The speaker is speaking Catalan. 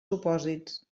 supòsits